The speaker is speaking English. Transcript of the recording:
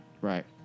Right